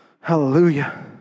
Hallelujah